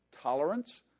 tolerance